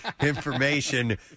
information